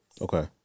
Okay